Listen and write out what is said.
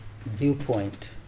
viewpoint